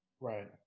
Right